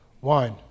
wine